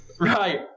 Right